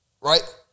Right